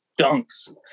dunks